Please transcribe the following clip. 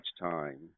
time